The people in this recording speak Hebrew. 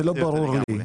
זה לא ברור לי.